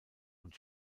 und